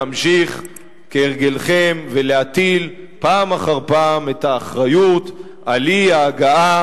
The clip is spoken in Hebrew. להמשיך כהרגלכם ולהטיל פעם אחר פעם את האחריות לאי-הגעה